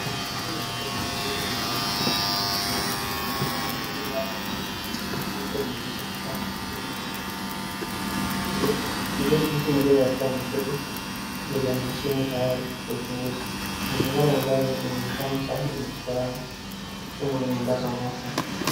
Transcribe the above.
Kitukio cha uchunguzi wa macho katika mazingira ya kitabibu, mtaalamu aliyevaa koti nyeupe anaendesha kifaa cha kupima macho, aliye huku mgonjwa akiwa ameketi mbele ya mashine tayari kwa uchunguzi. Mazingira ya ndani yanaonekana safi na ya kitaalamu yakiwa na mwangaza unaofaa.